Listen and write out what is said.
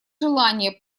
желание